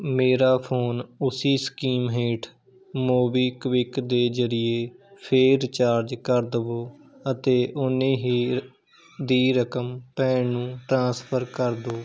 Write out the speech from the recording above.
ਮੇਰਾ ਫੋਨ ਉਸੀ ਸਕੀਮ ਹੇਠ ਮੋਬੀਕਵਿਕ ਦੇ ਜ਼ਰੀਏ ਫਿਰ ਰਿਚਾਰਜ ਕਰ ਦੇਵੋ ਅਤੇ ਉਹਨੀ ਹੀ ਦੀ ਰਕਮ ਭੈਣ ਨੂੰ ਟ੍ਰਾਂਸਫਰ ਕਰ ਦਿਉ